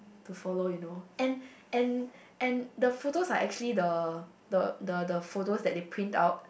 to follow you know and and and the photos are actually the the the the photos that they print out